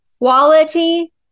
Quality